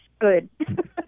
good